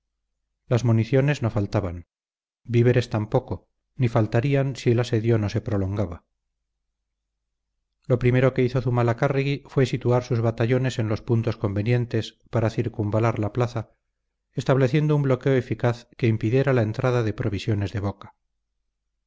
las municiones no faltaban víveres tampoco ni faltarían si el asedio no se prolongaba lo primero que hizo zumalacárregui fue situar sus batallones en los puntos convenientes para circunvalar la plaza estableciendo un bloqueo eficaz que impidiera la entrada de provisiones de boca